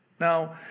Now